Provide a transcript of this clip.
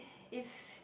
if